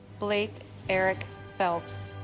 blake eric phelps